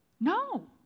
No